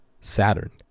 Saturn